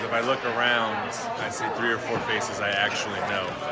um i look around i see three or four faces i actually know.